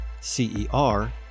CER